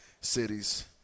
cities